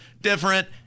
different –